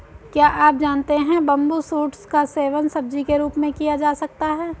क्या आप जानते है बम्बू शूट्स का सेवन सब्जी के रूप में किया जा सकता है?